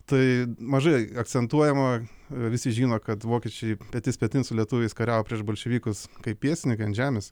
tai mažai akcentuojama visi žino kad vokiečiai petys petin su lietuviais kariavo prieš bolševikus kaip pėstininkai ant žemės